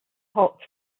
hot